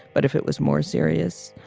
but if it was more serious,